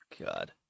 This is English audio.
God